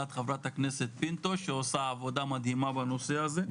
של חברת הכנסת פינטו שעושה עבודה מדהימה בנושא הזה.